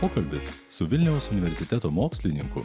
pokalbis su vilniaus universiteto mokslininku